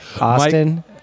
Austin